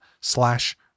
slash